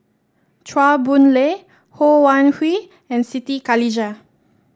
Chua Boon Lay Ho Wan Hui and Siti Khalijah